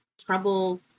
trouble